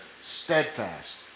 Steadfast